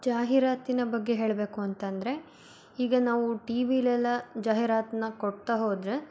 ಜಾಹೀರಾತಿನ ಬಗ್ಗೆ ಹೇಳಬೇಕು ಅಂತಂದರೆ ಈಗ ನಾವು ಟಿ ವಿಲ್ಲೆಲ್ಲ ಜಾಹೀರಾತನ್ನ ಕೊಡ್ತಾ ಹೋದರೆ